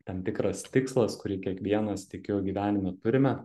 tam tikras tikslas kurį kiekvienas tikiu gyvenime turime